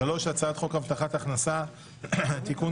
הצעת חוק הבטחת הכנסה (תיקון,